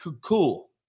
cool